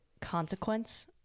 consequence